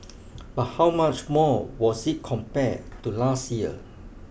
but how much more was it compared to last year